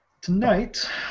tonight